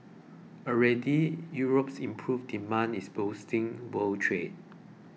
already Europe's improved demand is boosting world trade